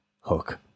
Hook